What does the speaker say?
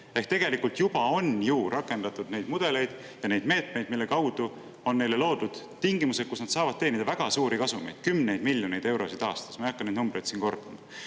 Ehk tegelikult juba on ju rakendatud neid mudeleid ja neid meetmeid, mille kaudu see on neile loodud tingimused, kus nad saavad teenida väga suuri kasumeid, kümneid miljoneid eurosid aastas. Ma ei hakka neid numbreid siin kordama.